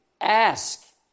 Ask